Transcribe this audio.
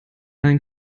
ein